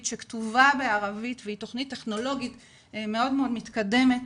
שכתובה בערבית והיא תכנית טכנולוגית מאוד מתקדמת,